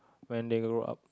when they grow up